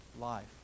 life